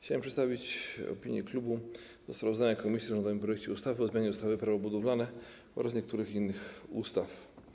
Chciałbym przedstawić opinię klubu wobec sprawozdania komisji o rządowym projekcie ustawy o zmianie ustawy - Prawo budowlane oraz niektórych innych ustaw.